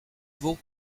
veau